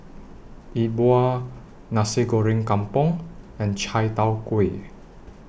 Yi Bua Nasi Goreng Kampung and Chai Tow Kway